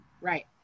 Right